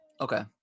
Okay